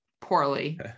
poorly